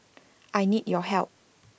I need your help